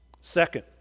Second